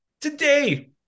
Today